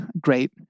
great